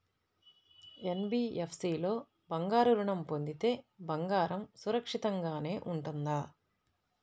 NBFC లో బంగారు ఋణం పొందితే బంగారం సురక్షితంగానే ఉంటుందా?